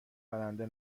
برنده